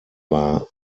war